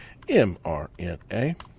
MRNA